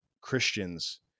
Christians